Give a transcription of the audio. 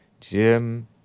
Jim